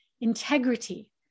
integrity